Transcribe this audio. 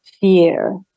fear